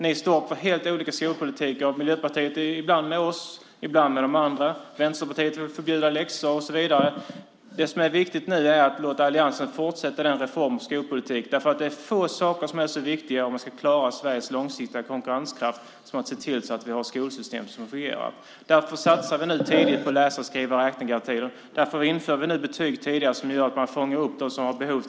Ni står för helt olika skolpolitik. Miljöpartiet är ibland med oss och ibland med de andra. Vänsterpartiet vill förbjuda läxor. Nu är det viktigt att låta alliansen fortsätta reformeringen av skolpolitiken. Det är få saker som är så viktiga om vi ska klara Sveriges långsiktiga konkurrenskraft som att se till att vi har ett skolsystem som fungerar. Därför satsar vi tidigt på läsa-skriva-räknagarantier. Därför inför vi betyg tidigare så att man tidigare fångar upp dem som har behov.